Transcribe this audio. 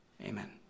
Amen